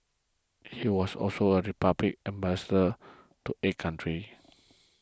he was also the Republic's Ambassador to eight countries